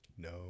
No